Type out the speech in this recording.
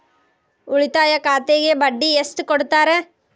ಉಳಿತಾಯ ಖಾತೆಗೆ ಬಡ್ಡಿ ಎಷ್ಟು ಕೊಡ್ತಾರ?